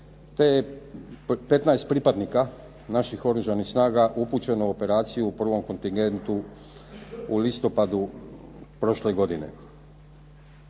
petnaest pripadnika naših oružanih snaga upućeno u operaciju u prvom kontingentu u listopadu prošle godine.